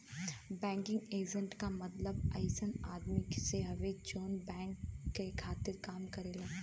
banking agent क मतलब अइसन आदमी से हउवे जौन बैंक के खातिर काम करेला